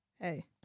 Hey